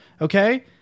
okay